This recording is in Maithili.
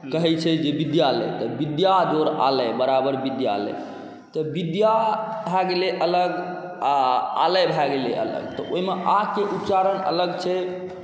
कहै छै जे विद्यालय तऽ विद्या जोड़ आलय बराबर विद्यालय तऽ विद्या भऽ गेलै अलग आओर आलय भऽ गेलै अलग आओर ओहिमे आ के उच्चारण अलग छै